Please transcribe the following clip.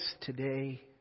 today